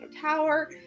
Tower